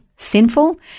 sinful